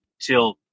till